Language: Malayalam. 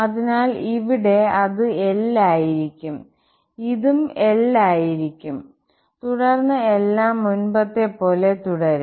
അതിനാൽ ഇവിടെ അത് L ആയിരിക്കും ഇതും L ആയിരിക്കും തുടർന്ന് എല്ലാം മുൻപത്തെ പോലെ തുടരും